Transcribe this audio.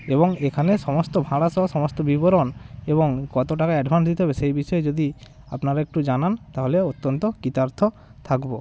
এবং এখানে সমস্ত ভাড়া সহ সমস্ত বিবরণ এবং কত টাকা অ্যাডভান্স দিতে হবে সেই বিষয়ে যদি আপনারা একটু জানান তাহলে অত্যন্ত কৃতার্থ থাকবো